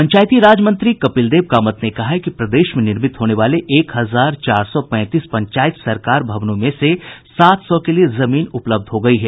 पंचायती राज मंत्री कपिलदेव कामत ने कहा है कि प्रदेश में निर्मित होने वाले एक हजार चार सौ पैंतीस पंचायत सरकार भवनों में से सात सौ के लिये जमीन उपलब्ध हो गयी है